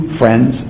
friends